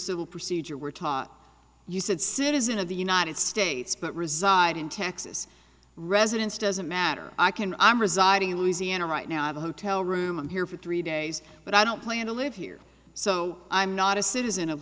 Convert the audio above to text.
civil procedure we're talking you said citizen of the united states but reside in texas residents doesn't matter i can i'm residing in louisiana right now i have a hotel room here for three days but i don't plan to live here so i'm not a citizen of